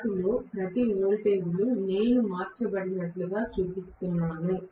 వాటిలో ప్రతి వోల్టేజీలు నేను మార్చబడినట్లుగా చూపిస్తున్నాను